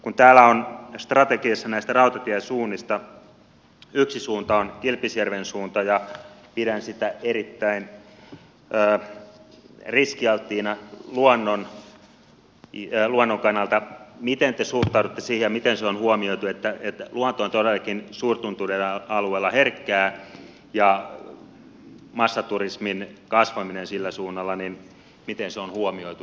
kun täällä on strategiassa näistä rautatiesuunnista yksi suunta on kilpisjärven suunta ja pidän sitä erittäin riskialttiina luonnon kannalta miten te suhtaudutte siihen ja miten se on huomioitu että luonto on todellakin suurtuntureiden alueilla herkkää ja massaturismin kasvaminen sillä suunnalla niin miten se on huomioitu näissä selvityksissä